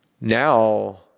Now